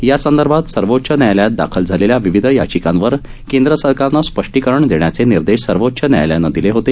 यासंदर्भात सर्वोच्च न्यायालयात दाखल झालेल्या विविध याचिकांवर केंद्र सरकारनं स्पष्टीकरण देण्याचे निर्देश सर्वोच्च न्यायालयानं दिले होते